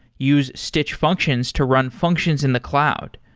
use stitch functions to run functions in the cloud.